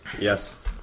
Yes